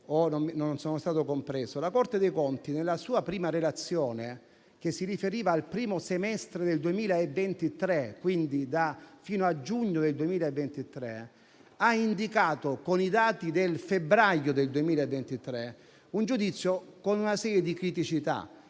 compreso - nella sua prima relazione, che si riferiva al primo semestre del 2023, quindi fino a giugno 2023, ha indicato con i dati del febbraio 2023 un giudizio con una serie di criticità